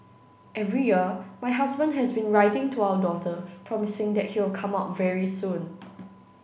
every year my husband has been writing to our daughter promising that he will come out very soon